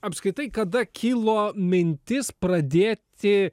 apskritai kada kilo mintis pradėti